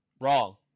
Wrong